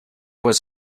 was